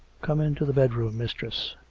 come into the bedroom, mistress.